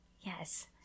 Yes